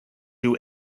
you